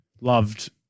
loved